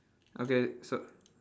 okay so